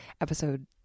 episode